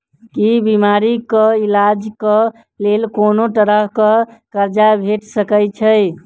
की बीमारी कऽ इलाज कऽ लेल कोनो तरह कऽ कर्जा भेट सकय छई?